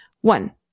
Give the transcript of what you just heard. One